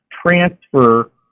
transfer